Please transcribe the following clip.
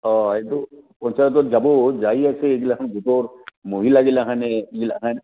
অঁ এইটো পঞ্চায়তত যাব যাই আছে এইগিলাখন গোটৰ মহিলাগিলাখনে